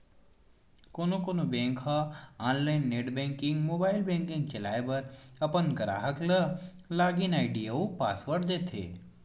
कोनो कोनो बेंक ह online net banking, mobile banking चलाए बर अपन गराहक ल लॉगिन आईडी अउ पासवर्ड देथे